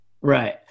Right